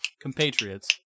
compatriots